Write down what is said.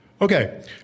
okay